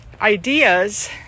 ideas